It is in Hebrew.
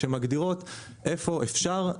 שמגדירות איפה אפשר,